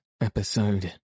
episode